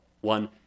One